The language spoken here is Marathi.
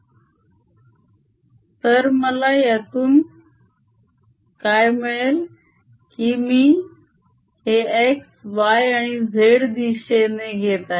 EyxyEyxyEy∂xxy ∂tBxy Ey∂x Bz∂t तर यातून आपल्याला काय मिळेल की मी हे x y आणि z दिशेने गेट आहे